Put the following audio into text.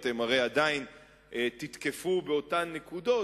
הרי אתם עדיין תתקפו באותן נקודות,